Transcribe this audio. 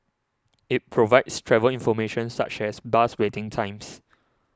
it provides travel information such as bus waiting times